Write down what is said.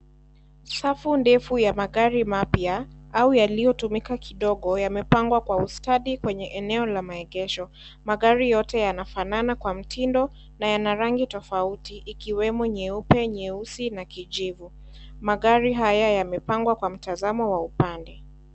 Safu ndefu ya magari mapya au yaliyo tumika kidogo yamepangwa kwa ustadi kwenye neo la maegesho. Magari yote yanafanana kwa mtindo na yana rangi tofauti ikiwemo nyeupe, nyeusi na kijivu. Magari haya yamepangwa kwa mtazamo wa upande.